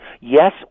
Yes